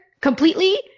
completely